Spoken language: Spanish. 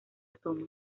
toma